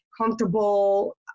comfortable